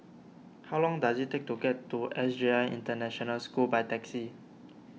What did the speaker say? how long does it take to get to S J I International School by taxi